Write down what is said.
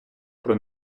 про